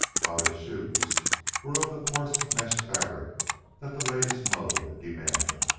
while his shoes were of the coarse-mesh fabric that the latest mode demanded.